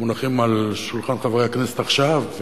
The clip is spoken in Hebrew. שמונחים על שולחן חברי הכנסת עכשיו,